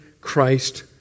Christ